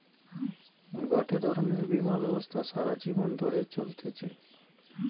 গটে ধরণের বীমা ব্যবস্থা সারা জীবন ধরে চলতিছে